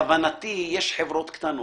כוונתי היא שיש חברות קטנות,